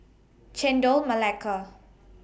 Chendol Melaka